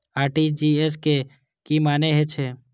RTGS के की मानें हे छे?